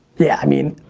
yeah, i mean,